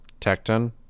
Tecton